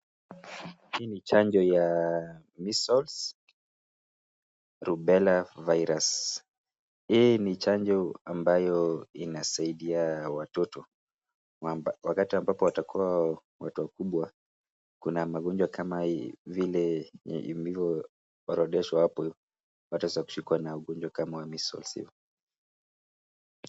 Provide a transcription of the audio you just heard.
Hii ni chanjo ya measles rubella virus hii ni chanjo ambayo inasaidia watoto wakati ambapo watakuwa watu wakubwa. Kuna magonjwa kama vile ilivyo orodheshwa hapo ivo wataweza kushikwa na ugonjwa kama measles ivi.